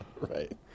Right